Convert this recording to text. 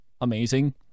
amazing